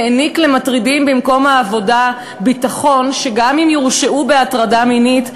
העניק למטרידים במקום העבודה ביטחון שגם אם יורשעו בהטרדה מינית,